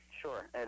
Sure